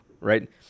right